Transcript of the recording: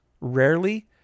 Rarely